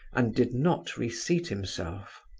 and did not reseat himself.